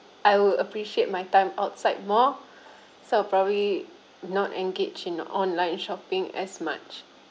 I willl appreciate my time outside more so probably not engage in online shopping as much